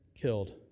killed